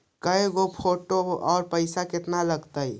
के गो फोटो औ पैसा केतना लगतै?